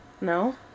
No